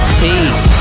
peace